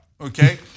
okay